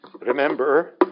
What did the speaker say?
remember